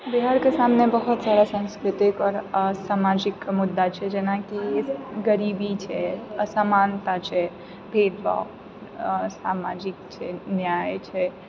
बिहारके सामने बहुत सारा सांस्कृतिक आओर समाजिक मुद्दा छै जेनाकि गरीबी छै असमानता छै भेदभाव असमाजिक छै न्याय छै